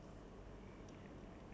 um